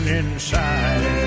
inside